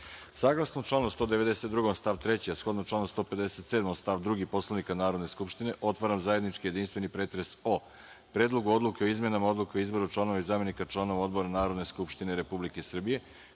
članu 192. stav 3. a shodno članu 157. stav 2. Poslovnika Narodne skupštine, otvaram zajednički jedinstveni pretres o: Predlogu odluke o izmenama Odluke o izboru članova i zamenika članova odbora Narodne skupštine Republike Srbije